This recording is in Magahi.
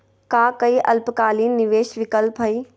का काई अल्पकालिक निवेस विकल्प हई?